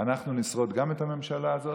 אנחנו נשרוד גם את הממשלה הזאת,